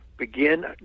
begin